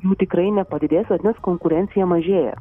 jų tikrai nepadidės nes konkurencija mažėja